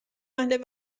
اهل